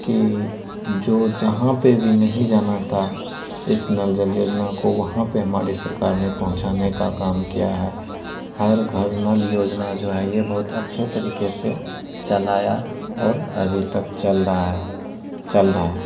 कि जो जहाँ पर भी नहीं जाना था इस नल जल योजना को वहाँ पर हमारी सरकार ने पहुँचाने का काम किया है हर घर नल योजना जो है यह बहुत अच्छे तरीक़े से चलाया और अभी तक चल रहा है चल रहा है